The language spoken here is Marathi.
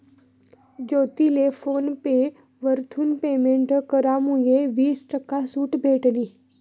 ज्योतीले फोन पे वरथून पेमेंट करामुये वीस टक्का सूट भेटनी